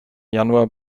januar